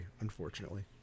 unfortunately